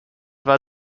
war